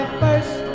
first